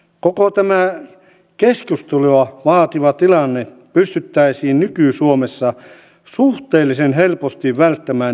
koko tämä keskustelua vaativa tilanne pystyttäisiin nyky suomessa suhteellisen helposti välttämään ehkäisyllä